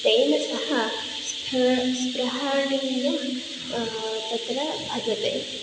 तेन सह स्पृ स्पृहणीयं तत्र अजते